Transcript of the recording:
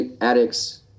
addicts